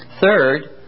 Third